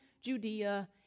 Judea